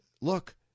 look